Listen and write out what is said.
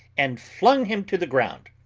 and flung him to the ground,